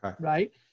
right